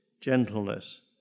gentleness